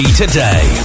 today